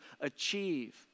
achieve